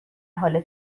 حال